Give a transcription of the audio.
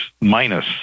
minus